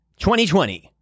2020